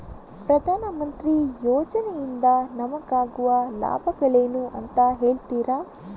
ಪ್ರಧಾನಮಂತ್ರಿ ಯೋಜನೆ ಇಂದ ನಮಗಾಗುವ ಲಾಭಗಳೇನು ಅಂತ ಹೇಳ್ತೀರಾ?